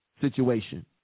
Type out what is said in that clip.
situation